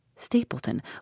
Stapleton